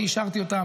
אני אישרתן אותן,